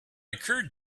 occurred